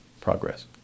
progress